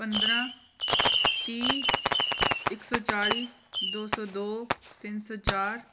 ਪੰਦਰ੍ਹਾਂ ਤੀਹ ਇੱਕ ਸੌ ਚਾਲੀ ਦੋ ਸੌ ਦੋ ਤਿੰਨ ਸੌ ਚਾਰ